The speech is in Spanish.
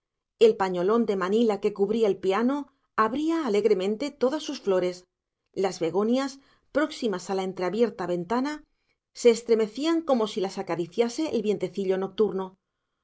el pañolón de manila que cubría el piano abría alegremente todas sus flores las begonias próximas a la entreabierta ventana se estremecían como si las acariciase el vientecillo nocturno sólo